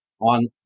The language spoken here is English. on